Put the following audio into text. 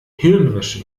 hirnwäsche